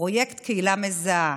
פרויקט קהילה מזהה,